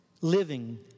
living